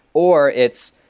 or its,